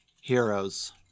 Heroes